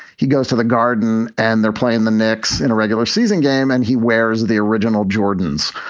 he goes to the garden and they're playing the knicks in a regular season game and he wears the original jordans.